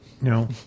No